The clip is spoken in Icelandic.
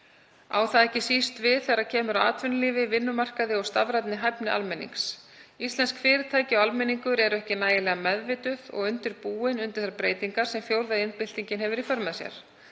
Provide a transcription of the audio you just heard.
Á það ekki síst við þegar kemur að atvinnulífi, vinnumarkaði og stafrænni hæfni almennings. Íslensk fyrirtæki og almenningur eru ekki nægilega meðvituð og undirbúin undir þær breytingar sem fjórða iðnbyltingin hefur í för með sér.